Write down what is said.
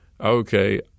okay